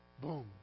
Boom